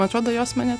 atrodo jos mane